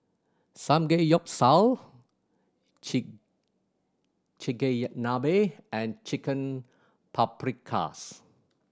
Samgeyopsal Chigenabe and Chicken Paprikas